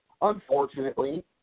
Unfortunately